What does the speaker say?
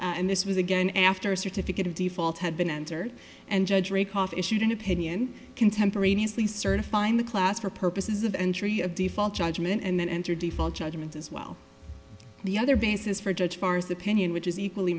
and this was again after a certificate of default had been enter and judge rake off issued an opinion contemporaneously certifying the class for purposes of entry of default judgment and then entered default judgment as well the other basis for judge fars opinion which is equally